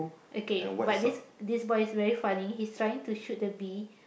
okay but this this boy is very funny he's trying to shoot the bee